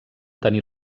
tenir